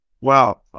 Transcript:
wow